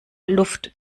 luft